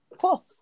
Cool